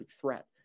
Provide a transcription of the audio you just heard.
threat